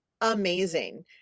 amazing